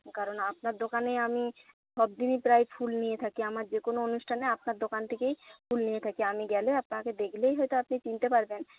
কারণ আপনার দোকানে আমি সবদিনই প্রায় ফুল নিয়ে থাকি আমার যে কোনো অনুষ্ঠানে আপনার দোকান থেকেই ফুল নিয়ে থাকি আমি গেলে আপনাকে দেখলেই হয়তো আপনি চিনতে পারবেন